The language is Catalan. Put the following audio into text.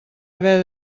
haver